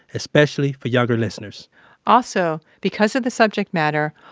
especially for younger listeners also, because of the subject matter,